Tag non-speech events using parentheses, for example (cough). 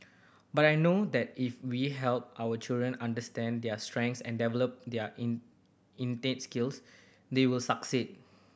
but I know that if we help our children understand their strengths and develop their in (unintelligible) skills they will succeed